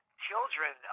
children